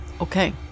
okay